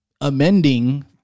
amending